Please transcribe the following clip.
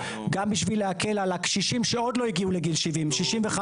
גם בשביל להקל על הקשישים שעוד לא הגיעו לגיל 70. 65,